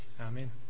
Amen